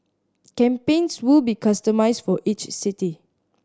campaigns will be customised for each city